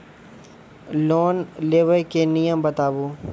Loan लेबे के नियम बताबू?